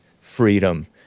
freedom